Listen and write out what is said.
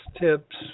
tips